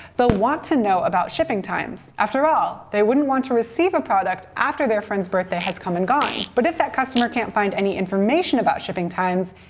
but want to know about shipping times. after all, they wouldn't want to receive a product after their friend's birthday has come and gone. but if that customer can't find any information about shipping times,